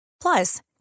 Plus